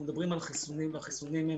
אנחנו יודעים על חיסונים והחיסונים הם